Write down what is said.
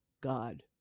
God